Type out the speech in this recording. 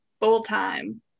full-time